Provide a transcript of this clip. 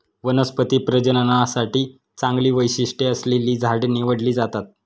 वनस्पती प्रजननासाठी चांगली वैशिष्ट्ये असलेली झाडे निवडली जातात